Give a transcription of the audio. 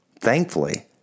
Thankfully